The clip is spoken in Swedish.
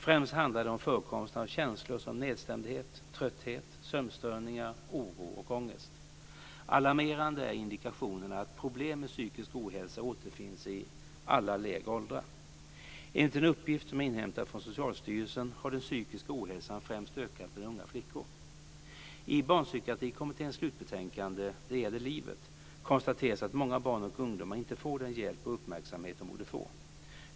Främst handlar det om förekomsten av känslor som nedstämdhet, trötthet, sömnstörningar, oro och ångest. Alarmerande är indikationerna att problem med psykisk ohälsa återfinns i allt lägre åldrar. Enligt en uppgift som jag inhämtat från Socialstyrelsen har den psykiska ohälsan främst ökat bland unga flickor. I Barnpsykiatrikommitténs slutbetänkande Det gäller livet konstateras att många barn och ungdomar inte får den hjälp och uppmärksamhet de borde få.